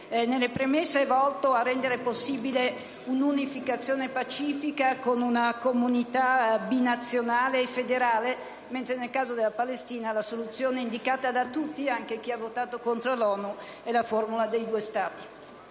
nelle premesse, è volto a rendere possibile un'unificazione pacifica con una comunità binazionale e federale, mentre nel caso della Palestina la soluzione indicata da tutti, anche da chi ha votato contro all'ONU, è la formula dei due Stati.